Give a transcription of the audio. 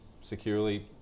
securely